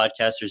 podcasters